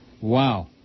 Wow